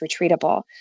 retreatable